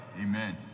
Amen